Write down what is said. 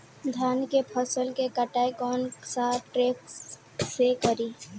धान के फसल के कटाई कौन सा ट्रैक्टर से करी?